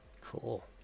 Cool